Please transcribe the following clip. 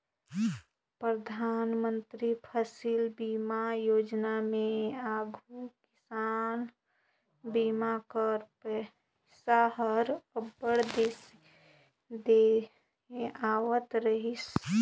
परधानमंतरी फसिल बीमा योजना में आघु किसान कर बीमा कर पइसा हर अब्बड़ देरी में आवत रहिस